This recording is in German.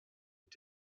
mit